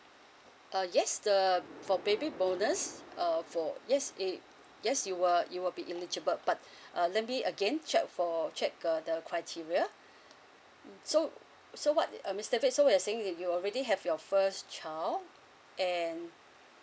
uh yes uh for baby bonus uh for yes eh yes you will you will be eligible but err let me again check for check uh the criteria so so what mister david so you're saying that you already have your first child and